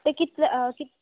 ते कितले कित